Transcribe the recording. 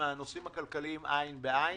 מהנושאים הכלכליים עין בעין.